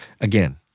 Again